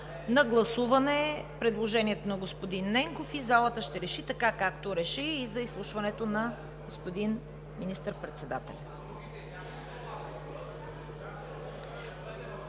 на гласуване предложението на господин Ненков и залата ще реши, така както реши и за изслушването на господин министър-председателя.